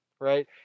right